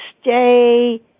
stay